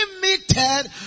limited